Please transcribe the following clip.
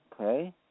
okay